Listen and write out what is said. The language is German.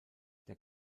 der